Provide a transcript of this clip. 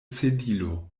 sedilo